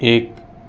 ایک